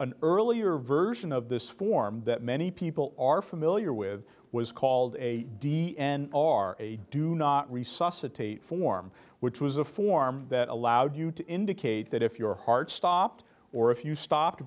an earlier version of this form that many people are familiar with was called a d n r a do not resuscitate form which was a form that allowed you to indicate that if your heart stopped or if you stopped